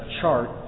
chart